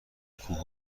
کوه